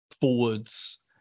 forwards